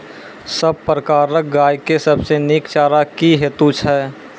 सब प्रकारक गाय के सबसे नीक चारा की हेतु छै?